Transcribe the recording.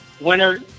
winner